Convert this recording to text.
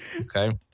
Okay